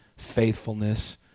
faithfulness